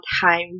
time